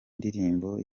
ndirimbo